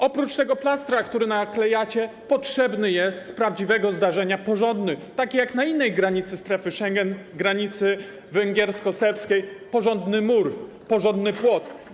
Oprócz plastra, który naklejacie, potrzebny jest z prawdziwego zdarzenia, porządny, taki jak na innej granicy strefy Schengen, granicy węgiersko-serbskiej, porządny mur, porządny płot.